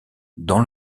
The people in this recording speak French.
dans